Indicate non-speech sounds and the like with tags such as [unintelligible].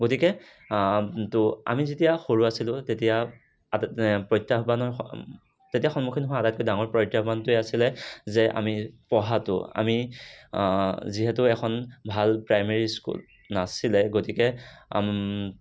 গতিকে তো আমি যেতিয়া সৰু আছিলো তেতিয়া [unintelligible] প্ৰত্য়াহ্বানৰ তেতিয়া সন্মুখীন হোৱা আটাইতকৈ ডাঙৰ প্ৰত্য়াহ্বানটোৱে আছিলে যে আমি পঢ়াটো আমি যিহেতু এখন ভাল প্ৰাইমেৰী স্কুল নাছিলে গতিকে